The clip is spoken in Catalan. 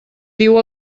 diu